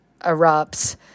erupts